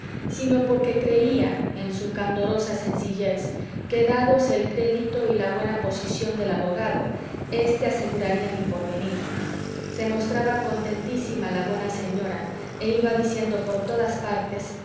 sino porque creía en su candorosa sencillez que dados el crédito y la buena posición del abogado éste aseguraría mi porvenir se mostraba contentísima la buena señora e iba diciendo por todas partes